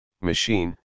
machine